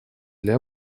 для